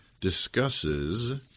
discusses